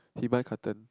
he buy carton